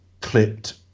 clipped